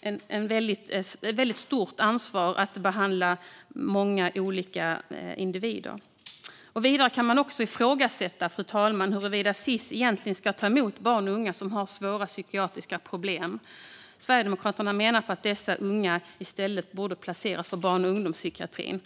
ett väldigt stort ansvar att behandla många olika individer. Fru talman! Vidare kan man också ifrågasätta huruvida Sis egentligen ska ta emot barn och unga som har svåra psykiatriska problem. Sverigedemokraterna menar att dessa unga i stället borde placeras inom barn och ungdomspsykiatrin.